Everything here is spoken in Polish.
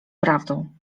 prawdą